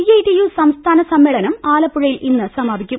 CITU സംസ്ഥാന സമ്മേളനം ആലപ്പുഴയിൽ ഇന്ന് സമാ പിക്കും